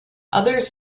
others